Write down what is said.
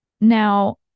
Now